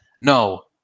No